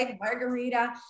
margarita